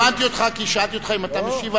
אני הזמנתי אותך כי שאלתי אותך אם אתה משיב,